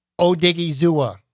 Odigizua